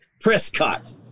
Prescott